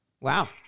Wow